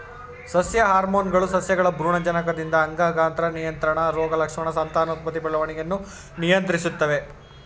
ಸಸ್ಯ ಹಾರ್ಮೋನ್ಗಳು ಸಸ್ಯಗಳ ಭ್ರೂಣಜನಕದಿಂದ ಅಂಗ ಗಾತ್ರ ನಿಯಂತ್ರಣ ರೋಗಲಕ್ಷಣ ಸಂತಾನೋತ್ಪತ್ತಿ ಬೆಳವಣಿಗೆಯನ್ನು ನಿಯಂತ್ರಿಸ್ತದೆ